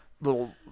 little